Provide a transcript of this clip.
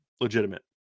legitimate